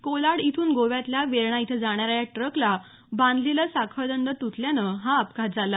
कोलाड इथून गोव्यातल्या वेर्णा इथं जाण्याऱ्या या ट्रकला बांधलेलं साखळदंड त्रटल्यानं हा अपघात झाला